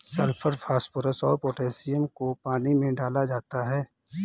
sulphur phosphorus और potassium को पानी में डाला जाता है